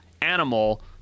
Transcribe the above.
animal